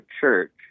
church